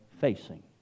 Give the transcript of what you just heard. facing